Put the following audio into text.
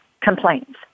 complaints